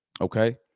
okay